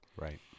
Right